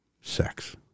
Sex